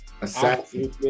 assassin